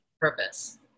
purpose